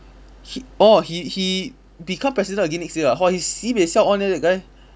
he orh he he become president again next year ah !whoa! he sibeh siao on eh that guy